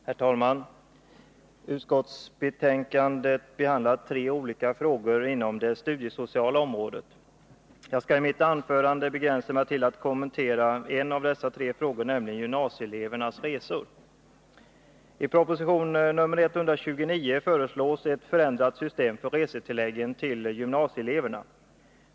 Herr talman! Utskottsbetänkandet behandlar tre olika frågor inom det studiesociala området. Jag skall i mitt anförande begränsa mig till att kommentera en av dessa tre frågor, nämligen gymnasieelevernas resor. I proposition nr 129 föreslås ett förändrat system för resetilläggen till - Nr 162 gymnasieeleverna.